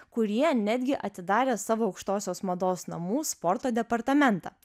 kurie netgi atidarė savo aukštosios mados namų sporto departamentą